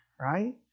right